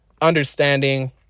understanding